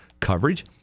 coverage